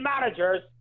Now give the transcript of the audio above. managers